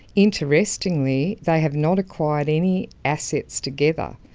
interestingly they have not acquired any assets together.